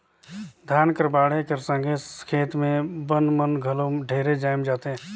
धान कर बाढ़े कर संघे खेत मे बन मन घलो ढेरे जाएम जाथे